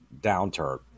downturn